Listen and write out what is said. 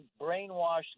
brainwashed